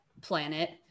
planet